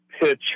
pitch